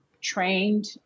trained